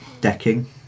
decking